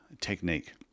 technique